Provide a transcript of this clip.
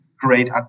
great